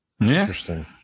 Interesting